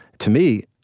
to me,